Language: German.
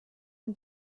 und